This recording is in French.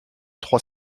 trois